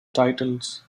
titles